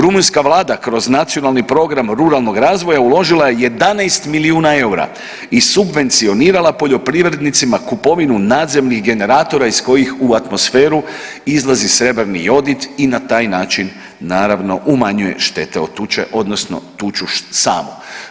Rumunjska vlada kroz Nacionalni program ruralnog razvoja uložila je 11 milijuna eura i subvencionirala poljoprivrednicima kupovinu nadzemnih generatora iz kojih u atmosferu izlazi srebrni jodid i na taj način naravno, umanjuje štete od tuče, odnosno tuču samu.